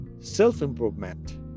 Self-improvement